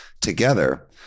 together